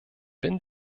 bin